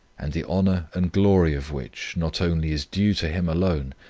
and the honor and glory of which not only is due to him alone,